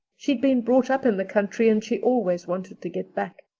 she'd been brought up in the country and she always wanted to get back.